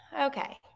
Okay